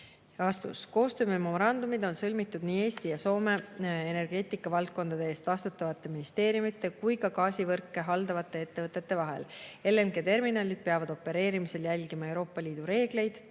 Vastus. Koostöömemorandumid on sõlmitud nii Eesti ja Soome energeetikavaldkondade eest vastutavate ministeeriumide kui ka gaasivõrke haldavate ettevõtete vahel. LNG-terminalid peavad opereerimisel jälgima Euroopa Liidu reegleid,